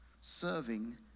serving